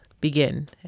begin